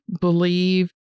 believe